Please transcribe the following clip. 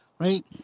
right